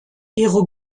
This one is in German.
ihre